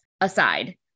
aside